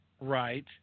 right